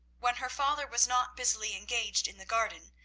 when her father was not busily engaged in the garden,